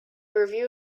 review